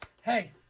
hey